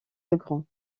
legrand